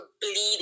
bleeding